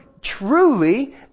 truly